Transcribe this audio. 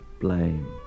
blame